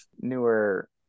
newer